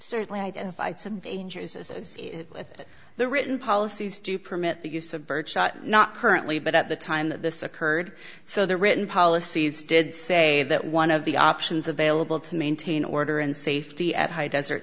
certainly identified some dangers associated with the written policies to permit the use of birdshot not currently but at the time that this occurred so the written policies did say that one of the options available to maintain order in safety at high desert